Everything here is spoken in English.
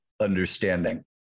understanding